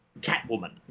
Catwoman